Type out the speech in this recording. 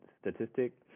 statistic